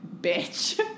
bitch